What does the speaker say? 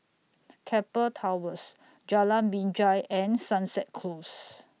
Keppel Towers Jalan Binjai and Sunset Close